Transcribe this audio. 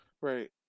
Right